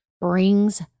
brings